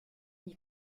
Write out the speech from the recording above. n’y